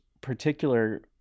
particular